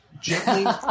gently